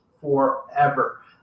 forever